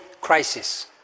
crisis